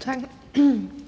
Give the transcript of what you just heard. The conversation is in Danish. (SF):